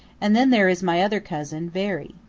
and then there is my other cousin, veery.